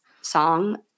song